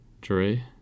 Dre